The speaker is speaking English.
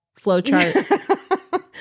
flowchart